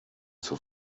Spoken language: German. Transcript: zur